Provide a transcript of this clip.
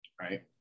right